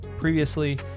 previously